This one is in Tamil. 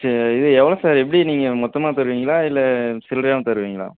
சரி இது எவ்வளோ சார் எப்படி நீங்கள் மொத்தமாக தருவிங்களா இல்லை சில்லறையாவும் தருவிங்களா